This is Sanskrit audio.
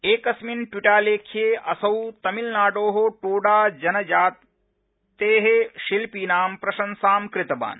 एकस्मिन् ट्वीटालेख्ये असौ तमिलनाडो टोडा जनजाति कलाकाराणाम् प्रशंसां कृतवान्